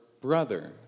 brother